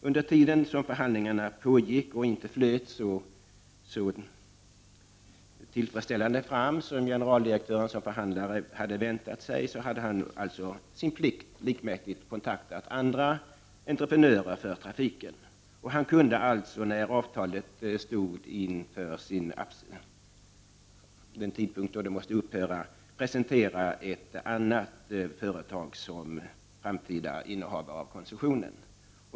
Under tiden som förhandlingarna pågick men inte flöt så tillfredsställande fram som generaldirektören som förhandlare hade förväntat sig, hade han, sin plikt likmätigt, kontaktat andra entreprenörer för trafiken. När han stod inför den tidpunkt då avtalet måste upphöra kunde han därför presentera ett annat företag som framtida innehavare av koncessionen.